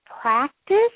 practice